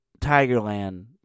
Tigerland